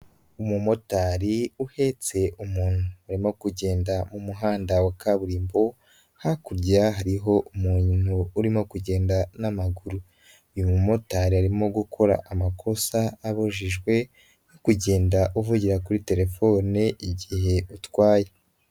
Umumotari uhetse umuntu barimo kugenda mu muhanda wa kaburimbo hakurya hariho umuntu urimo kugenda n'amaguru, uyu mumotari arimo gukora amakosa abujijwe nko kugenda uvugira kuri telefone igihe utwaye.